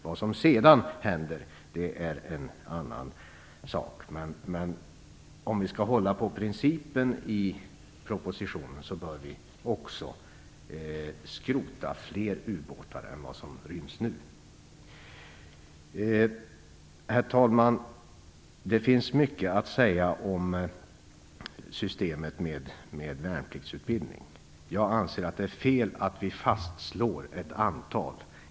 Vad som sedan händer är en annan sak. Men om vi skall hålla på principen i propositionen bör vi också skrota fler ubåtar än vad som sägs nu. Herr talman! Det finns mycket att säga om systemet med värnpliktsutbildning. Jag anser att det är fel att vi fastslår ett antal.